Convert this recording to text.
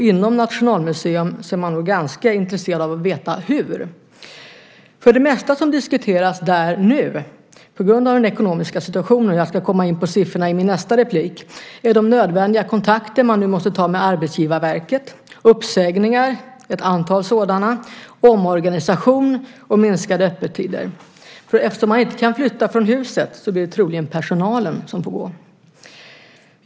Inom Nationalmuseum är man nog ganska intresserad av att veta hur, för det mesta som diskuteras där nu på grund av den ekonomiska situationen, och jag ska komma in på siffrorna i mitt nästa inlägg, är nödvändiga kontakter som man nu måste ta med Arbetsgivarverket, uppsägningar, ett antal sådana, omorganisation och minskade öppettider. Eftersom man inte kan flytta från huset, blir det troligen personalen som får gå.